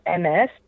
MS